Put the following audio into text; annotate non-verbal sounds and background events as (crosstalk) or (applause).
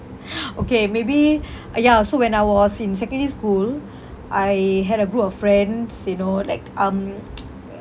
(breath) okay maybe uh ya so when I was in secondary school I had a group of friends you know like um (noise)